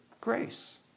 grace